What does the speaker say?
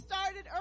started